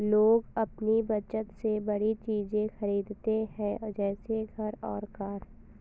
लोग अपनी बचत से बड़ी चीज़े खरीदते है जैसे घर और कार